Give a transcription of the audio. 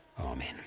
Amen